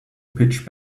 pitch